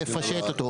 לפשט אותו.